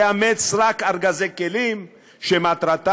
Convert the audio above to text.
תאמץ רק ארגזי כלים להישרדות.